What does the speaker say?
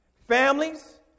Families